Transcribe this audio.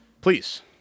Please